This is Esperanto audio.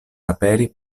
aperi